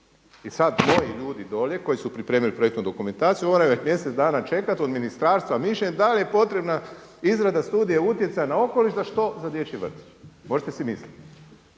I sada moji ljudi dolje koji su pripremili projektnu dokumentaciju moraju mjesec dana čekat od ministarstva mišljenje da li je potrebna izrada studije utjecaja na okoliš za što za dječji vrtić, možete si misliti.